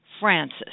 Francis